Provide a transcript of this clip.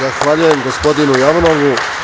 Zahvaljujem gospodinu Jovanovu.